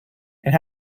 and